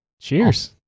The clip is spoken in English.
Cheers